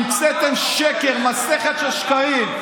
אתם המצאתם שקר, מסכת שקרים.